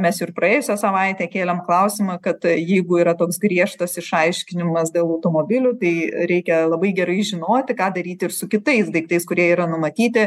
mes jau ir praėjusią savaitę kėlėm klausimą kad jeigu yra toks griežtas išaiškinimas dėl automobilių tai reikia labai gerai žinoti ką daryti ir su kitais daiktais kurie yra numatyti